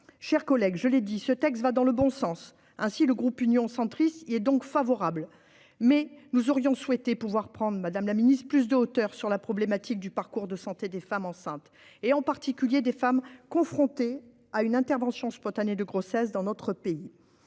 Chers collègues, ce texte, je le répète, va dans le bon sens. Le groupe Union Centriste y est donc favorable. Mais nous aurions souhaité pouvoir prendre plus de hauteur sur la problématique du parcours de santé des femmes enceintes, en particulier des femmes confrontées à une interruption spontanée de grossesse. Ce texte